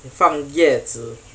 放叶子